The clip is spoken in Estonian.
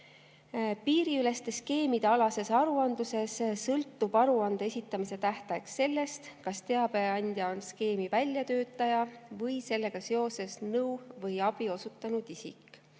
Piiriüleste skeemide alases aruandluses sõltub aruande esitamise tähtaeg sellest, kas teabeandja on skeemi väljatöötaja või sellega seoses nõu [andnud] või abi osutanud isik.